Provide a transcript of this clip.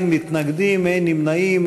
נתקבל.